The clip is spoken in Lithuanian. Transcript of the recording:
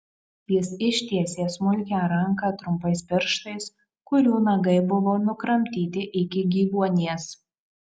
jis ištiesė smulkią ranką trumpais pirštais kurių nagai buvo nukramtyti iki gyvuonies